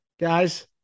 Guys